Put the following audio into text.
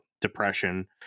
depression